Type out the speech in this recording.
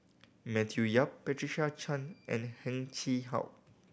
Matthew Yap Patricia Chan and Heng Chee How